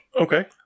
Okay